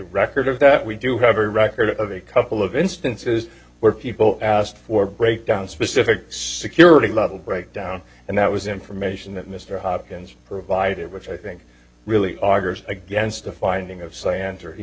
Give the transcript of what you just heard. record of that we do have a record of a couple of instances where people asked for breakdown specific security level breakdown and that was information that mr hopkins provided which i think really odd years against a finding of slander